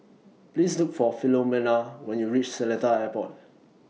Please Look For Filomena when YOU REACH Seletar Airport